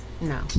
No